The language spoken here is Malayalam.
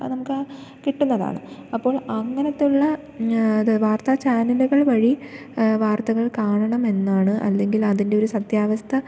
ആ നമുക്കാ കിട്ടുന്നതാണ് അപ്പോൾ അങ്ങനത്തുള്ള വാർത്താ ചാനലുകൾ വഴി വാർത്തകൾ കാണണമെന്നാണ് അല്ലെങ്കിൽ അതിൻ്റെ ഒരു സത്യാവസ്ഥ